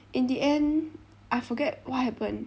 in the end I forget what happened